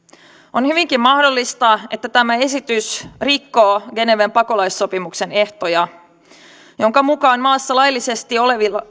on hyvinkin mahdollista että tämä esitys rikkoo geneven pakolaissopimuksen ehtoja joiden mukaan maassa laillisesti olevia